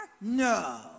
No